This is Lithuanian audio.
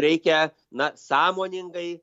reikia na sąmoningai